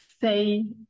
say